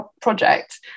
project